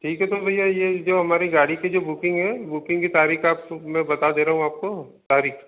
ठीक है तो भईया ये हमारी गाड़ी की जो बुकिंग है बुकिंग की तारीख आप मैं बता दे रहा हूँ आपको तारीख